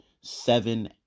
seven